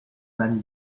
when